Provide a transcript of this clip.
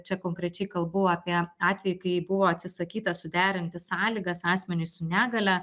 čia konkrečiai kalbu apie atvejį kai buvo atsisakyta suderinti sąlygas asmeniui su negalia